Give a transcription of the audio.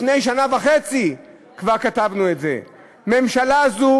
לפני שנה וחצי כבר כתבנו את זה: "ממשלה זו